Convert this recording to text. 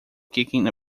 kicking